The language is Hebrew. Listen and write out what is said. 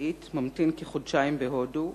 פונדקאית ממתין כחודשיים בהודו,